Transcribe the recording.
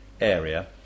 area